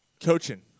Coaching